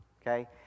Okay